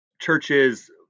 churches